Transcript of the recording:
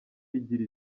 igira